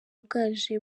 bwaje